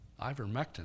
Ivermectin